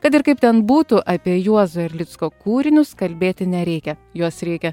kad ir kaip ten būtų apie juozo erlicko kūrinius kalbėti nereikia juos reikia